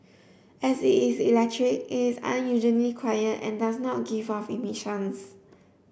as it's electric it's unusually quiet and does not give off emissions